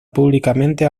públicamente